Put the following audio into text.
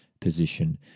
position